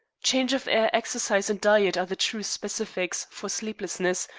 change of air, exercise, and diet are the true specifics for sleeplessness,